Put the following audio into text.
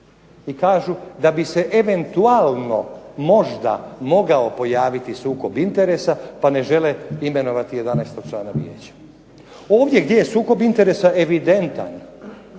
I kažu da bi se eventualno, možda mogao pojaviti sukob interesa, pa ne žele imenovati 11. člana vijeća. Ovdje gdje je sukob interesa evidentan